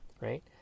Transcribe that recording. right